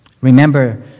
Remember